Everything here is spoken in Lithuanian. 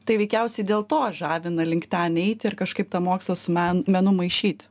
tai veikiausiai dėl to žavi na link ten eiti ir kažkaip tą mokslą su men menu maišyt